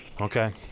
Okay